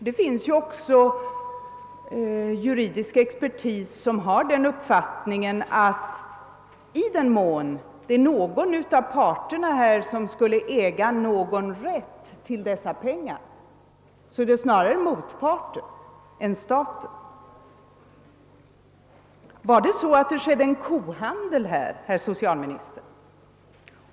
Det finns ju också juridisk expertis som har uppfattningen att i den mån någon av parterna skulle äga rätt till pengarna så är det snarare motparten än staten. Var det så att det förekom en kohandel här, herr socialminister?